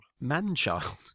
Man-child